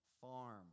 farm